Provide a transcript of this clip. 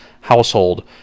household